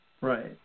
Right